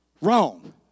wrong